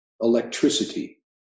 electricity